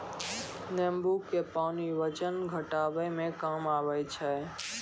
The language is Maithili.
नेंबू के पानी वजन घटाबै मे काम आबै छै